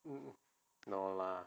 um no lah